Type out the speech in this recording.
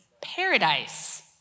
paradise